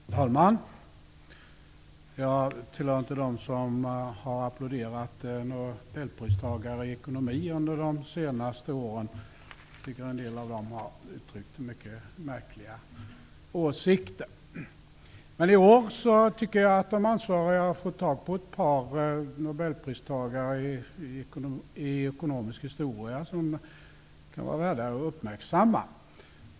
Herr talman! Jag tillhör inte dem som har applåderat några nobelpristagare i ekonomi under de senaste åren. Jag tycker att en del av dem har uttryckt mycket märkliga åsikter. Men i år tycker jag att de ansvariga har utsett ett par nobelpristagare i ekonomisk historia som kan vara värda att uppmärksamma.